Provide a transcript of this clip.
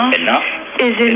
um enough is